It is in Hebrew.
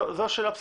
זו השאלה הבסיסית.